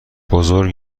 بزرگ